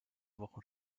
wochen